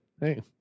Hey